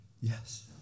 Yes